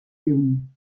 lluny